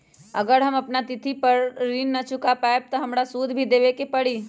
अगर हम अपना तिथि पर ऋण न चुका पायेबे त हमरा सूद भी देबे के परि?